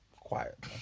quiet